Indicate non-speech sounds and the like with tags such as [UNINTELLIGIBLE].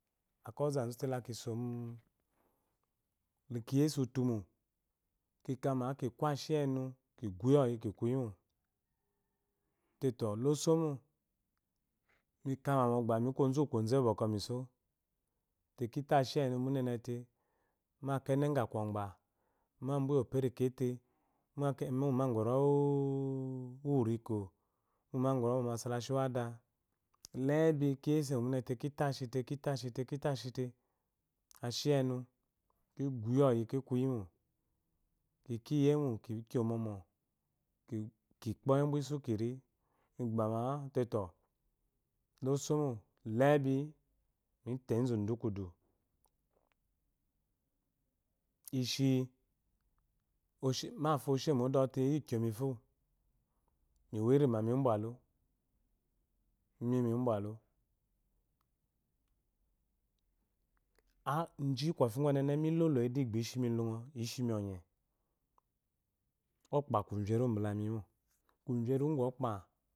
Akeyi ozazute kikiiyese utumu kikama kiku ashiyenu kiguyi ɔyi kikiyimo tetɔ losomo kikama mogba miku ozu koze bwɔkwɔ miso te kito ashiyenu munenete ba kene ka kogba mabuyo benkete ba umagorowuriko ba umagoro wu omasalachi wada labi kiyese mo munee keto ashite kito ashite ashiyienu kigyoyi ki kuyimo kikiyemu kiyo momo ki kpo ɔwebulusa kin kigbama [UNINTELLIGIBLE] ishi bafo osemode ɔte ikyomifo mwinma mibwalu mimibwalu a ji kofi gu ɔnene mi loloyide igbishimi lungo ishimi ɔnye okpakurerubalamimo kuveru gu okpa